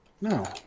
No